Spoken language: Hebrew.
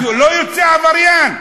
הוא לא יוצא עבריין?